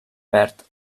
verd